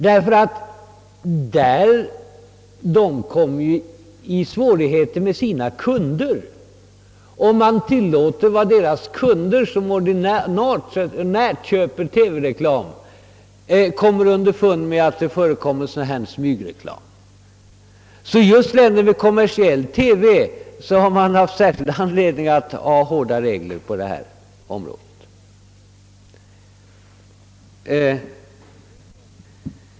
De sistnämnda länderna får nämligen svårigheter med sina kunder, som ordinärt köper TV-reklam, om dessa kommer underfund med att det förekommer smygreklam. Just i länder med kommersiell TV har man därför haft anledning att skärpa reglerna på detta område.